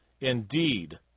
Indeed